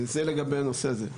זה לגבי הנושא הזה.